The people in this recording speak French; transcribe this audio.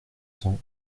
cent